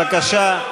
בבקשה.